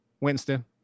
Winston